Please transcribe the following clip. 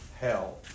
hell